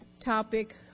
topic